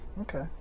Okay